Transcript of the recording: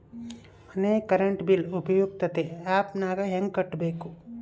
ಮನೆ current bill ಉಪಯುಕ್ತತೆ app ನಾಗ ಹೆಂಗ ಕಟ್ಟಬೇಕು?